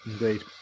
Indeed